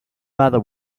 matter